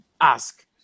ask